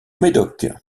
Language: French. médoc